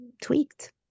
tweaked